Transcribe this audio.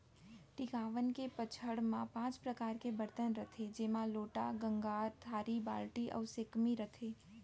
टिकावन के पंचहड़ म पॉंच परकार के बरतन रथे जेमा लोटा, गंगार, थारी, बाल्टी अउ सैकमी रथे